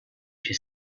she